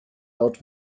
out